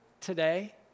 today